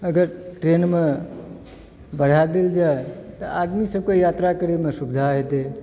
अगर ट्रेनमे बढ़ाए देल जाए आदमी सबकेँ यात्रा करएमे सुविधा हेतै